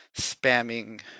Spamming